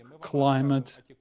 climate